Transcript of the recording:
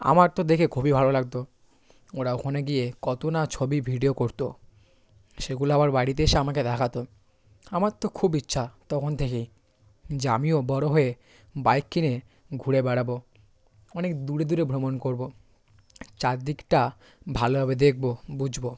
আমার তো দেখে খুবই ভালো লাগতো ওরা ওখানে গিয়ে কতো না ছবি ভিডিও করতো সেগুলো আবার বাড়িতে এসে আমাকে দেখাতো আমার তো খুব ইচ্ছা তখন থেকেই যে আমিও বড়ো হয়ে বাইক কিনে ঘুরে বেড়াবো অনেক দূরে দূরে ভ্রমণ করবো চারিদিকটা ভালোভাবে দেখবো বুঝবো